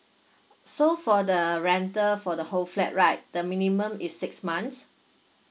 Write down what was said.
so for the rental for the whole flat right the minimum is six months